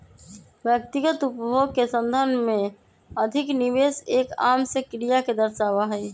व्यक्तिगत उपभोग के संदर्भ में अधिक निवेश एक आम से क्रिया के दर्शावा हई